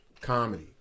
comedy